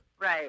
right